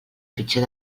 fitxer